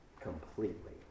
completely